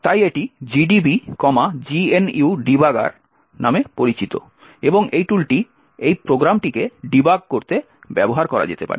তাই এটি gdb GNU Debugger নামে পরিচিত এবং এই টুলটি এই প্রোগ্রামটিকে ডিবাগ করতে ব্যবহার করা যেতে পারে